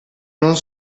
non